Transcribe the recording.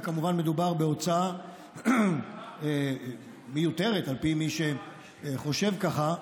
וכמובן מדובר בהוצאה מיותרת על פי מי שחושב ככה,